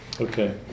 Okay